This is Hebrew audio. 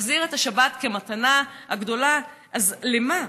להחזיר את השבת כמתנה הגדולה, אז למה?